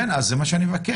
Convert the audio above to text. כן, זה מה שאני מבקש.